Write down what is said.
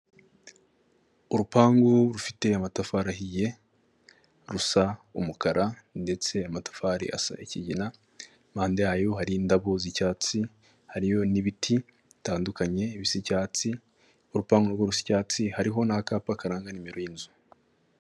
Urupangu rufite amatafari ahiye, rusa umukara ndetse amatafari asa ikigina, impande yayo hari indabo z'icyatsi, hariyo n'ibiti bitandukanye bisa icyatsi, urupangu na rwo rusa icyatsi, hariho n'akapa karanga nimero y'inzu.